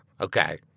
Okay